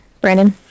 Brandon